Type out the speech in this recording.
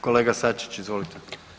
Kolega Sačić, izvolite.